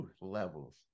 levels